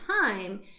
time